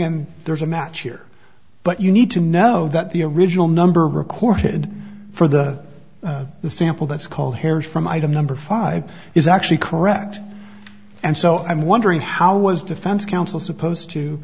and there's a match here but you need to know that the original number recorded for the sample that's called hairs from item number five is actually correct and so i'm wondering how was defense counsel supposed to